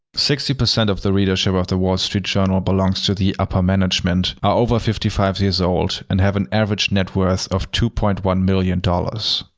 sixty percent of the readership of the wall street journal belongs to the upper management, are over fifty five years old, and have an average net worth of over two point one million dollars.